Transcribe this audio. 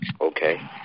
Okay